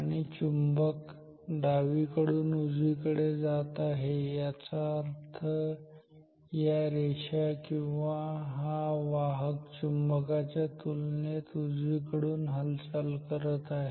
आणि चुंबक डावीकडून उजवीकडे जात आहे याचा अर्थ या रेषा किंवा हा वाहक चुंबकाच्या तुलनेत उजवीकडून हालचाल करत आहे